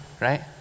right